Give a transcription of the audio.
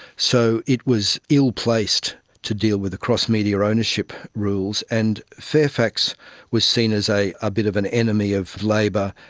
so it was ill-placed to deal with the cross-media ownership rules. and fairfax was seen as a ah bit of an enemy of labor,